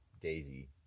Daisy